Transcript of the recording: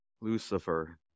Lucifer